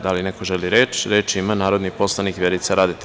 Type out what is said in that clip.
Da li neko želi reč? (Da) Reč ima narodni poslanik Vjerica Radeta.